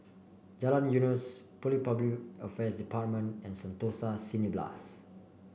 Jalan Eunos Public Affairs Department and Sentosa Cineblast